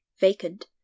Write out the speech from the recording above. vacant